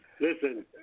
listen